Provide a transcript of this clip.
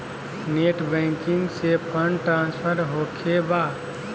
Net banking से fund transfer होखें बा?